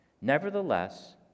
Nevertheless